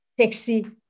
taxi